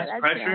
pressure